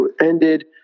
ended